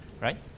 right